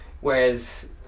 Whereas